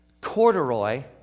Corduroy